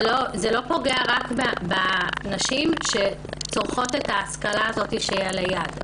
זה לא פוגע רק בנשים שצורכות את ההשכלה הזאת שהיא ליד.